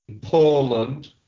Poland